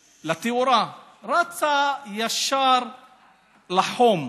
לתאורה, רצה ישר לחום,